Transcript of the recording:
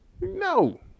No